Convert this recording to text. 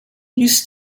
used